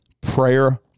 prayer